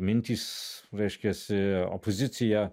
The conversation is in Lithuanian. mintys reiškiasi opozicija